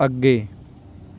ਅੱਗੇ